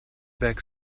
back